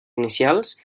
inicials